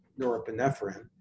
norepinephrine